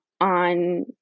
on